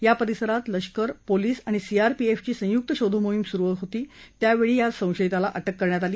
या परिसरात लष्कर पोलीस आणि सीआरपीएफची संयुक्त शोधमोहीम सुरु होती त्यावेळी एका संशयितेला अटक करण्यात आली